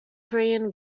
korean